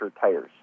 tires